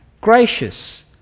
gracious